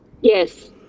Yes